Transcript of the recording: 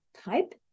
type